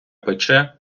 пече